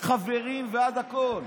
מחברים ועד הכול,